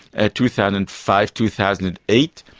ah two thousand and five, two thousand and eight,